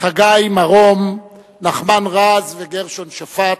חגי מירום, נחמן רז וגרשון שפט,